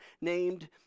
named